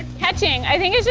catching, i think